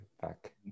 back